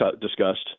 discussed